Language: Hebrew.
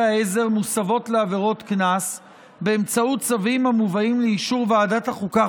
העזר מוסבות לעבירות קנס באמצעות צווים המובאים לאישור ועדת החוקה,